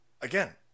again